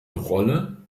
rolle